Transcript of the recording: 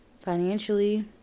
financially